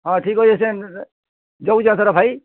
ହଁ ଠିକ୍ ଅଛେ ସେ ଯଉଛେସେରେ ଭାଇ